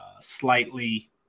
slightly